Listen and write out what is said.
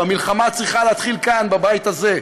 והמלחמה צריכה להתחיל כאן בבית הזה,